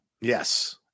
Yes